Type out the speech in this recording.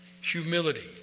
humility